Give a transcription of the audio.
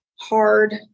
hard